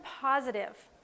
positive